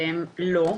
לא.